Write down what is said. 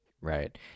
Right